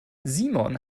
simon